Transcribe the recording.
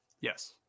Yes